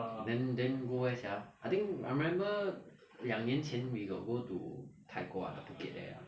then then go where sia I think I remember 两年前 we got go to 泰国 ah the phuket there ah